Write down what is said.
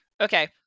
Okay